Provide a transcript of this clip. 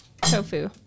tofu